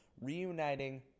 reuniting